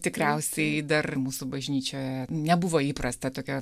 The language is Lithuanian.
tikriausiai dar mūsų bažnyčioje nebuvo įprasta tokia